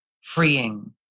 freeing